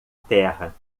terra